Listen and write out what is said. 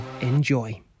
Enjoy